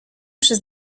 przez